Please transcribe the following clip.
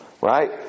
Right